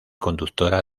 conductora